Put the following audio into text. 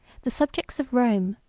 the subjects of rome,